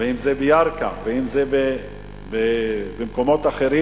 ואם זה בירכא, ואם זה במקומות אחרים,